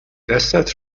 دستت